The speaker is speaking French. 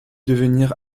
devenir